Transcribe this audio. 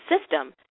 system